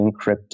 encrypted